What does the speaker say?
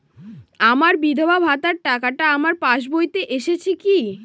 আমার বিধবা ভাতার টাকাটা আমার পাসবইতে এসেছে কি?